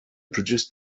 produced